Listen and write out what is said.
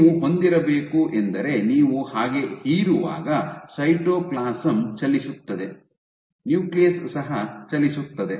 ನೀವು ಹೊಂದಿರಬೇಕು ಎಂದರೆ ನೀವು ಹಾಗೆ ಹೀರುವಾಗ ಸೈಟೋಪ್ಲಾಸಂ ಚಲಿಸುತ್ತದೆ ನ್ಯೂಕ್ಲಿಯಸ್ ಸಹ ಚಲಿಸುತ್ತದೆ